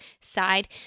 side